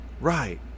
Right